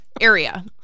area